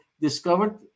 discovered